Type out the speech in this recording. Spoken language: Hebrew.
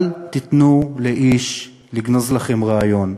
אל תיתנו לאיש לגנוז לכם רעיון,